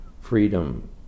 Freedom